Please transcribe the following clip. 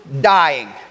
dying